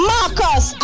Marcus